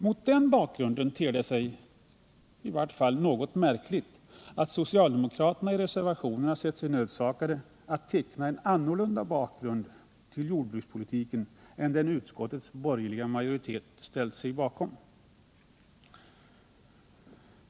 Mot denna bakgrund ter det sig i vart fall något märkligt att socialdemokraterna i reservationerna sett sig nödsakade att teckna en annorlunda bakgrund till jordbrukspolitiken än den utskottets borgerliga majortiet ställt sig bakom.